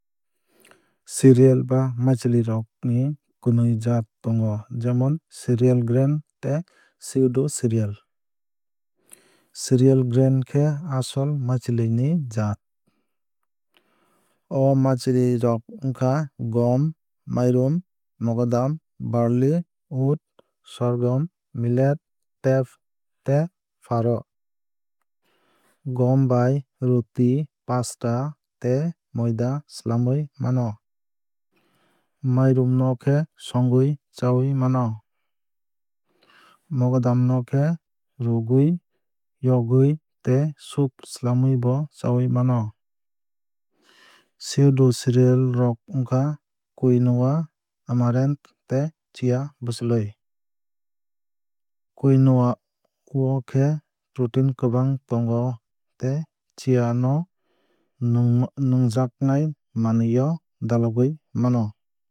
Cereal ba maichwlwui rok ni kunui jaat tongo jemon cereal grain tei pseudo cereal. Cereal grain khe asol maichwlwui ni jaat. O maichwlui rok wngkha gom mairum mogodam barely oat sorgum millet teff tei farro. Gom bai roti pasta tei moida swlamwui mano. Mairum no khe songwui chawui mano. Mogodam no khe rwgwui yogwui tei soup swlamwui bo chawui mano. Pseudo cereal rok wngkha quinoa amaranth tei chia bwchwlwui. Quinoa o khe protein kwbang tongo tei chia no nwngjaknai manwui o dalogwui mano.